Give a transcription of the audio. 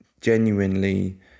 genuinely